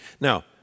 Now